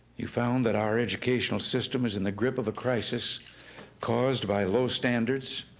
you found that our educational system is in the grip of a crisis caused by low standards,